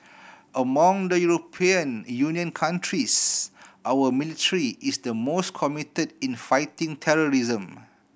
among the European Union countries our military is the most committed in fighting terrorism